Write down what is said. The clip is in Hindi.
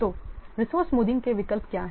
तो रिसोर्से स्मूथिंग के विकल्प क्या हैं